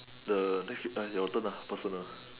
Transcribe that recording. the next week err your turn nah personal